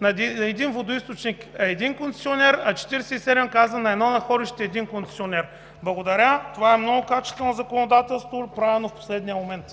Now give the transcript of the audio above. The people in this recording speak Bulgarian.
на един водоизточник един концесионер, а чл. 47 казва: на едно находище един концесионер. Благодаря, това е много качествено законодателство, правено в последния момент!